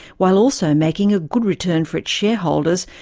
while also making a good return for its shareholders,